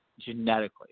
genetically